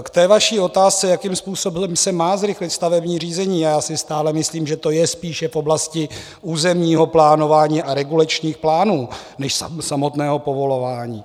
K vaší otázce, jakým způsobem se má zrychlit stavební řízení: já si stále myslím, že to je spíše v oblasti územního plánování a regulačních plánů než samotného povolování.